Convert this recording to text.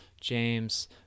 James